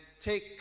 take